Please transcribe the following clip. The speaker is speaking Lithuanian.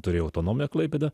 turėjo autonomiją klaipėda